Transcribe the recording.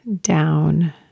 down